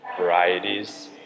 varieties